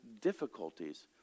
difficulties